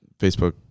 Facebook